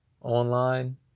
online